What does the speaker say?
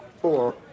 four